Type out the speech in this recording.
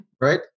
right